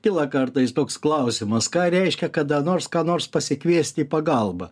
kyla kartais toks klausimas ką reiškia kada nors ką nors pasikviesti į pagalbą